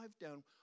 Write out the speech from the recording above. down